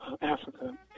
Africa